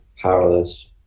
powerless